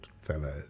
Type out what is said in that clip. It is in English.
fellow